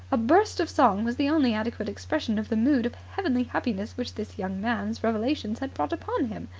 a burst of song was the only adequate expression of the mood of heavenly happiness which this young man's revelations had brought upon him.